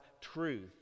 truth